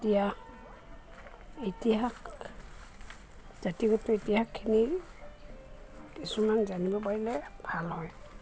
এতিয়া ইতিহাস জাতিগত ইতিহাসখিনি কিছুমান জানিব পাৰিলে ভাল হয়